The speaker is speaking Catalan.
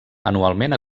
anualment